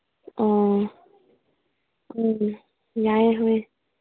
ꯑꯥ ꯎꯝ ꯌꯥꯏꯌꯦ